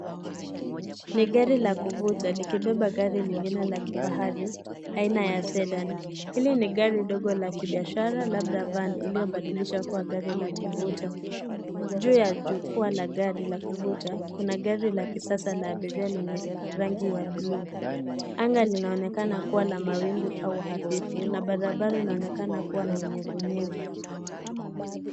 Ni gari la kuvuta likibeba gari lingine la kifahari aina ya zedani ,hili gari ndogo la kibiashara labda vani iliyobadilishwa kuwa gari la kuvuta , juu ya jukwaa la gari la kuvuta kuna gari la kisasa la abiria lenye rangi ya buluu , anga linaonekana kuwa la mawingu au hafifu, mna barabara inaonekana kuwa na unyevunyevu.